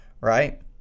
right